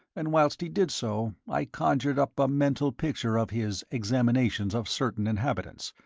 and whilst he did so i conjured up a mental picture of his examinations of certain inhabitants.